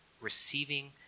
receiving